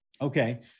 Okay